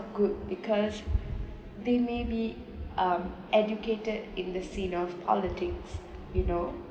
good because they may be um educated in the scene of politics you know